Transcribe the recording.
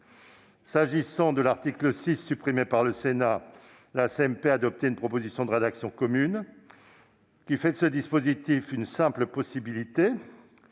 S'agissant de l'article 6, supprimé par le Sénat, la CMP a adopté une proposition de rédaction commune qui fait de ce dispositif une simple possibilité